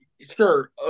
sure